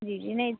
जी जी नहीं